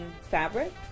fabric